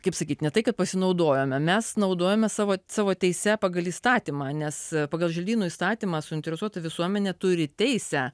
kaip sakyti ne tai kad pasinaudojome mes naudojame savo savo teise pagal įstatymą nes pagal želdynų įstatymą suinteresuota visuomenė turi teisę